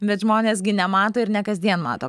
bet žmonės gi nemato ir ne kasdien mato